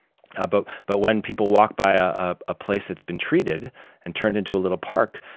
ah but but when people walk by a ah a place that's been treated and turned into a little park,